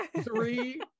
Three